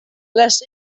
less